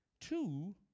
two